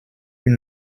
une